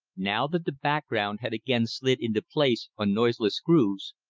now that the background had again slid into place on noiseless grooves,